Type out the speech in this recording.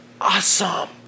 awesome